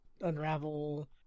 Unravel